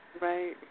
Right